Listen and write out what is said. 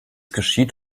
geschieht